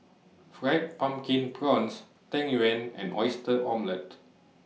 Fried Pumpkin Prawns Tang Yuen and Oyster Omelette